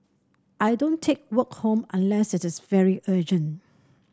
I don't take work home unless it is very urgent